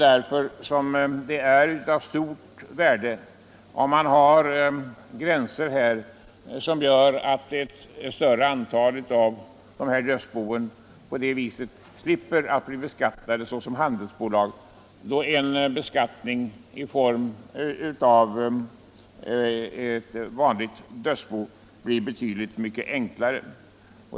Därför är det av stort värde att man har gränser som gör att ett större antal dödsbon slipper bli beskattade såsom handelsbolag. Beskattningen av ett vanligt dödsbo blir betydligt enklare.